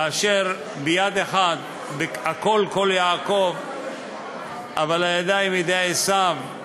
כאשר ביד אחת, הקול קול יעקב אבל הידיים ידי עשיו,